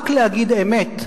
רק להגיד אמת.